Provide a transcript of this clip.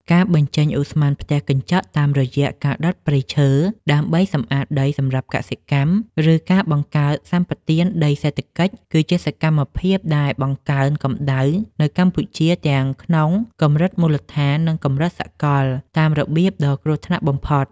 ការបញ្ចេញឧស្ម័នផ្ទះកញ្ចក់តាមរយៈការដុតព្រៃឈើ ដើម្បីសម្អាតដីសម្រាប់កសិកម្ម ឬការបង្កើតសម្បទានដីសេដ្ឋកិច្ច គឺជាសកម្មភាពដែលបង្កើនកម្ដៅនៅកម្ពុជាទាំងក្នុងកម្រិតមូលដ្ឋាន និងកម្រិតសកលតាមរបៀបដ៏គ្រោះថ្នាក់បំផុត។